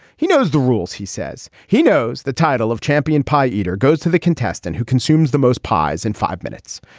he knows the rules. he says he knows the title of champion pie eater goes to the contest and who consumes the most pies in five minutes.